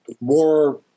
more